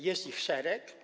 Jest ich szereg.